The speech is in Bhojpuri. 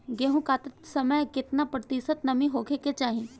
गेहूँ काटत समय केतना प्रतिशत नमी होखे के चाहीं?